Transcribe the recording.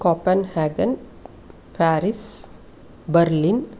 कोपन् ह्यागन् Paris Berlin